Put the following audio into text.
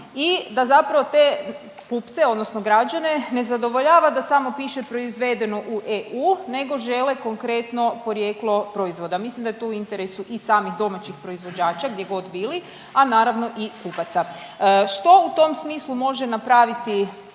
i da zapravo te kupce, odnosno građane ne zadovoljava da samo piše proizvedeno u EU, nego žele konkretno porijeklo proizvoda. Mislim da je to u interesu i samih domaćih proizvođača, gdje god bili, a naravno i kupaca. Što u tom smislu može napraviti